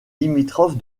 limitrophe